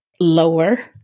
lower